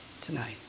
tonight